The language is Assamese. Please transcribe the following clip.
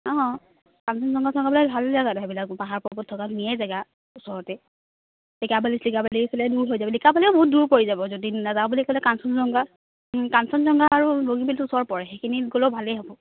অঁ কাঞ্চনজংঘা চংঘাবিলাক ভাল জেগাটো সেইবিলাক পাহাৰ পৰ্বত থকা ধুনীয়াই জেগা ওচৰতে লিকাবালি চিকাবালি এইফালে দূৰ হৈ যাব লিকাবালি বহুত দূৰ পৰি যাব যদি নাযাওঁ বুলি ক'লে কাঞ্চনজংঘা কাঞ্চনজংঘা আৰু বগীবিলটো ওচৰ পৰে সেইখিনিত গ'লেও ভালেই হ'ব